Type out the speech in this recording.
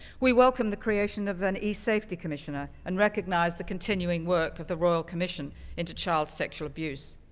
we welcome the creation of an esafety commissioner, and recognize the continuing work of the royal commission into child sexual abuse.